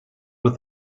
with